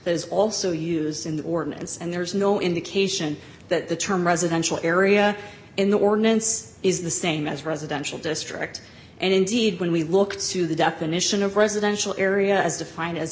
is also used in the ordinance and there is no indication that the term residential area in the ordinance is the same as residential district and indeed when we look to the definition of residential area as defined as